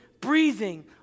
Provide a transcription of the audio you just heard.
breathing